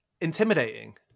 intimidating